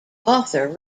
author